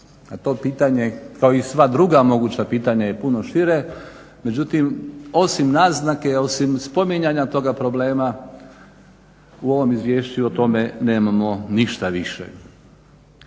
A to pitanje kao i sva druga moguća pitanja je puno šire, međutim osim naznake, osim spominjanja toga problema u ovom izvješću o tome nemamo ništa više.